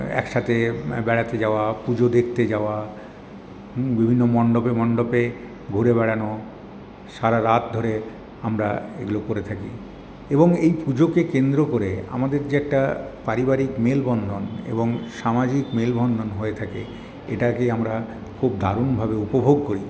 একসাথে বেড়াতে যাওয়া পুজো দেখতে যাওয়া বিভিন্ন মণ্ডপে মণ্ডপে ঘুরে বেড়ানো সারা রাত ধরে আমরা এগুলো করে থাকি এবং এই পুজোকে কেন্দ্র করে আমাদের যে একটা পারিবারিক মেলবন্ধন এবং সামাজিক মেলবন্ধন হয়ে থাকে এটাকে আমরা খুব দারুণভাবে উপভোগ করি